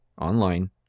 online